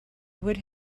would